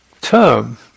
term